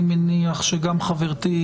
אני מניח שגם חברתי,